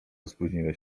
spóźniłeś